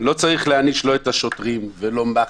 לא צריך להעניש לא את השוטרים ולא מח"ש,